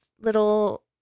little